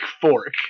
fork